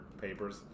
papers